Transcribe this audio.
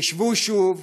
חשבו שוב